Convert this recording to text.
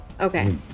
Okay